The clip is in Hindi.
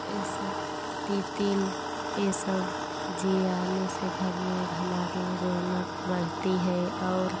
ये सब तीतिल ये सब जियाने से घर में हमारे रौनक बढ़ती है और